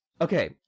Okay